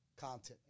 content